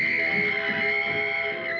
and